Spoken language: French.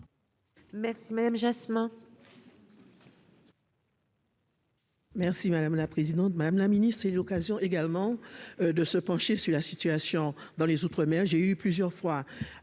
Merci madame la présidente, madame la Ministre, c'est l'occasion également de se pencher sur la situation dans les outre-mer, j'ai eu plusieurs fois